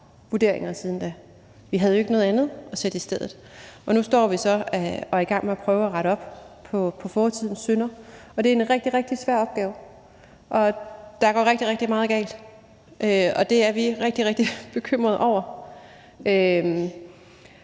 vi havde ikke noget andet at sætte i stedet. Nu står vi så og er i gang med at prøve at rette op på fortidens synder. Det er en rigtig, rigtig svær opgave, og der går rigtig, rigtig meget galt, og det er vi rigtig, rigtig bekymrede over.